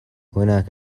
هناك